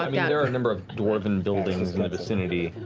um yeah there are a number of dwarven buildings in the vicinity.